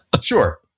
Sure